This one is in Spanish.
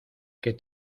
que